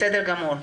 בסדר גמור.